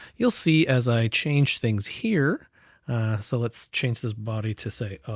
you'll see as i change things here so let's change this body to say,